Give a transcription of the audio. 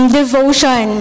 devotion